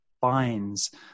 binds